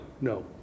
no